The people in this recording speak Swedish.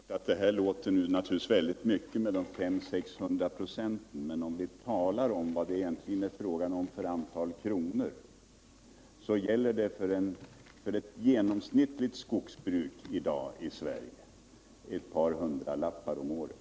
Herr talman! Det är klart att det låter väldigt mycket med 500-600 96 , men vi kan i stället tala om vad det blir i kronor räknat. För ett genomsnittligt skogsbruk i dag i Sverige gäller det ett par hundralappar om året.